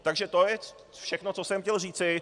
Takže to je všechno, co jsem chtěl říci.